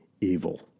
evil